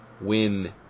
win